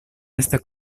estas